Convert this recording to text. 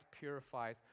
purifies